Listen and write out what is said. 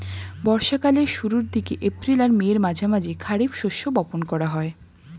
বর্ষা কালের শুরুর দিকে, এপ্রিল আর মের মাঝামাঝি খারিফ শস্য বপন করা হয়